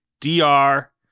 D-R